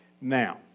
Now